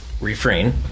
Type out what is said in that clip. refrain